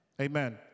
Amen